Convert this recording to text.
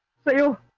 sales